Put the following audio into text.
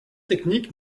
technique